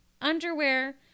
underwear